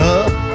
up